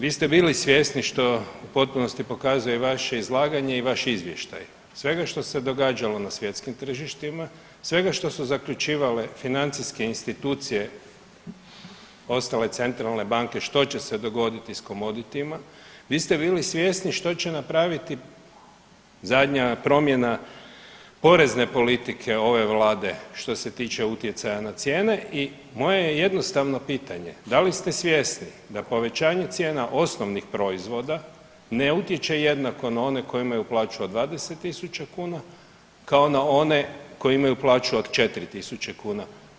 Vi ste bili svjesni što u potpunosti pokazuje i vaše izlaganje i vaš izvještaj svega što se događalo na svjetskim tržištima, svega što su zaključivale financijske institucije ostale centrale banke što će se dogoditi s commodity-ma, vi ste bili svjesni što će napraviti zadnja promjena porezne politike ove Vlade što se tiče na cijene i moje je jednostavno pitanje da li ste svjesni da povećanje cijena osnovnih proizvoda ne utječe jednako na one koji imaju plaću od 20.000 kuna kao na one koji imaju plaću od 4.000 kuna.